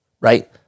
Right